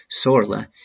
Sorla